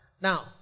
now